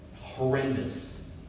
Horrendous